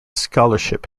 scholarship